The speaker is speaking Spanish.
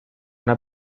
una